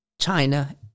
china